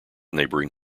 neighboring